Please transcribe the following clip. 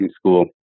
School